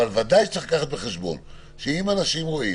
אבל בוודאי צריך לקחת בחשבון שאם אנשים רואים